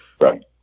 Right